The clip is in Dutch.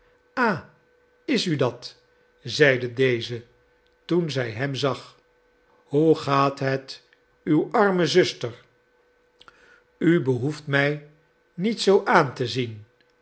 ah is u dat zeide deze toen zij hem zag hoe gaat het uw arme zuster u behoeft mij niet zoo aan te zien